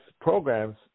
programs